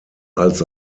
als